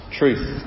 truth